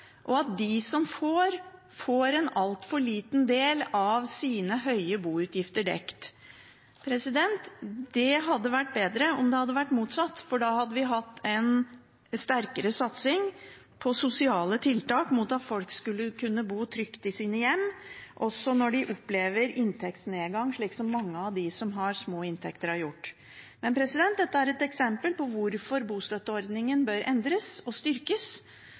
og at de som får, får en altfor liten del av sine høye boutgifter dekket. Det hadde vært bedre om det hadde vært motsatt, for da hadde vi hatt en sterkere satsing på sosiale tiltak for at folk skal kunne bo trygt i sine hjem også når de opplever inntektsnedgang, slik mange av dem som har små inntekter, har gjort. Dette er et eksempel på hvorfor bostøtteordningen bør endres og styrkes.